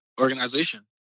organization